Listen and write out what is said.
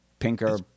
Pinker